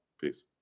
Peace